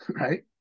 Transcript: right